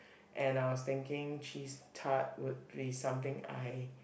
and I was thinking cheese tart would be something I